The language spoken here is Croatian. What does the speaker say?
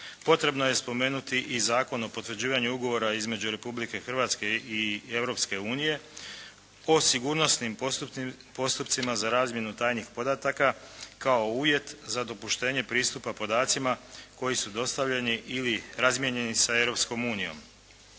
Potrebno je spomenuti i Zakon o potvrđivanju ugovora između Republike Hrvatske i Europske unije o sigurnosnim postupcima za razmjenu tajnih podataka kao uvjet za dopuštenje pristupa podacima koji su dostavljeni ili razmijenjeni sa